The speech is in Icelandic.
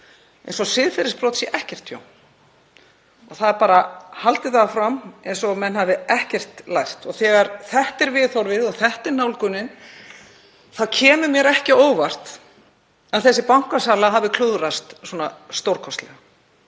eins og siðferðisbrot sé ekkert tjón. Það er bara haldið áfram eins og menn hafi ekkert lært. Þegar þetta er viðhorfið og þetta er nálgunin þá kemur mér ekki á óvart að þessi bankasala hafi klúðrast svona stórkostlega,